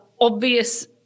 obvious